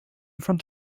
front